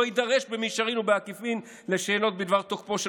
לא יידרש במישרין או בעקיפין לשאלות בדבר תוקפו של